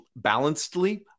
balancedly